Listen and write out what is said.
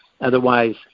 otherwise